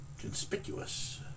conspicuous